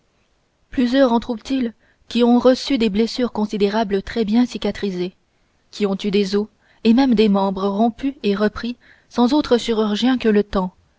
plusieurs en trouvent ils qui ont reçu des blessures considérables très bien cicatrisées qui ont eu des os et même des membres rompus et repris sans autre chirurgien que le temps